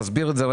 תסביר את זה,